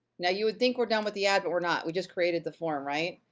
now, you would think we're done with the ad, but we're not, we just created the form, right?